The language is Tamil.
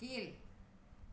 கீழ்